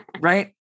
Right